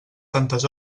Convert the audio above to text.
tantes